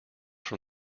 from